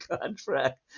contract